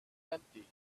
empty